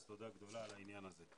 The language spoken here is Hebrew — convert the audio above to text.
אז תודה גדולה על העניין הזה.